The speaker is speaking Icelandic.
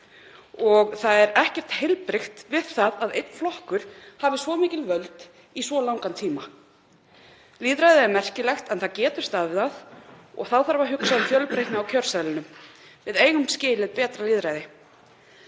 og það er ekkert heilbrigt við það að einn flokkur hafi svo mikil völd í svo langan tíma. Lýðræðið er merkilegt en það getur staðnað og þá þarf að hugsa um fjölbreytni á kjörseðlinum. Við eigum skilið betra lýðræði.